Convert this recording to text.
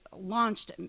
launched